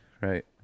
right